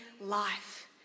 life